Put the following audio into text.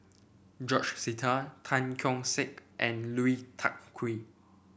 George Sita Tan Keong Saik and Lui Tuck Kew